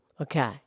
Okay